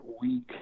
week